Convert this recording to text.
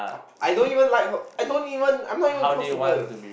I don't even like her I don't even I'm not even close to her